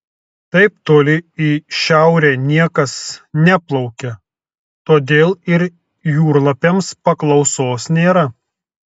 taip toli į šiaurę niekas neplaukia todėl ir jūrlapiams paklausos nėra